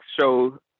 show